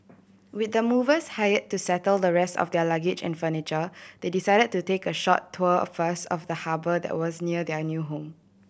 with the movers hire to settle the rest of their luggage and furniture they decide to take a short tour first of the harbour that was near their new home